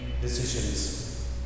decisions